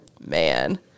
Man